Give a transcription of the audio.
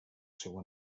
seu